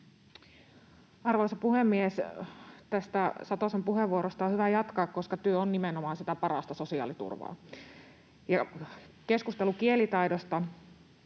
Arvoisa puhemies! Tästä Satosen puheenvuorosta on hyvä jatkaa, koska työ on nimenomaan sitä parasta sosiaaliturvaa. [Kai